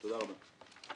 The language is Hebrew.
תודה רבה.